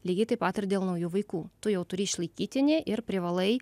lygiai taip pat ir dėl naujų vaikų tu jau turi išlaikytinį ir privalai